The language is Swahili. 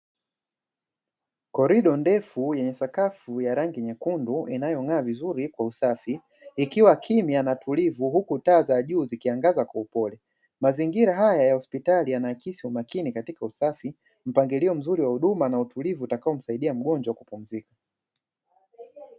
Korido ndefu yenye sakafu ya rangi nyekundu inayo onekana vizuri kwa usafi ikiwa kimya na huku taa za juu zikiangaza kwa upole mazingira haya ya hosipitali yanaakisi usafi mpangilio mzuri wa huduma utakaomuwezesha mgonjwa kupumzika.